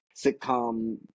sitcom